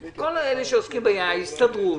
ההסתדרות,